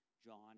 John